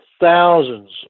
thousands